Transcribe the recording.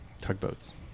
Tugboats